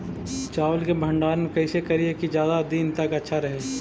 चावल के भंडारण कैसे करिये की ज्यादा दीन तक अच्छा रहै?